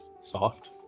soft